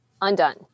Undone